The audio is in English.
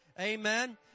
Amen